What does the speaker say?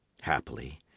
Happily